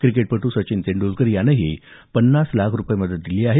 क्रिकेटपटू सचिन तेंडुलकर यानेही पन्नास लाख रुपये मदत दिली आहे